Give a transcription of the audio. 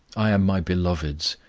i am my beloved's,